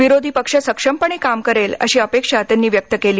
विरोधी पक्ष सक्षमपणे काम करेल अशी अपेक्षा त्यांनी व्यक्त केली